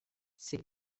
ces